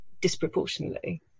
disproportionately